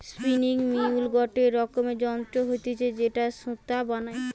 spinning mule গটে রকমের যন্ত্র হতিছে যেটায় সুতা বানায়